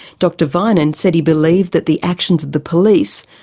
dr vinen said he believed that the actions of the police,